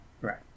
right